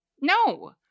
No